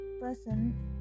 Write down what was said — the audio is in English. person